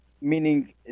meaning